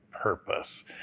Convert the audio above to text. purpose